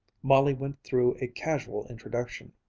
molly went through a casual introduction.